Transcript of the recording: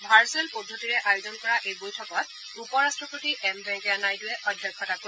virtual পদ্ধতিৰে আয়োজন কৰা এই বৈঠকত উপ ৰাষ্টপতি এম ভেংকায়া নাইডুৱে অধ্যক্ষতা কৰিব